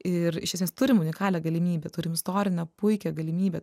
ir iš esmės turim unikalią galimybę turim istorinę puikią galimybę